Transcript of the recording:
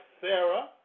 Sarah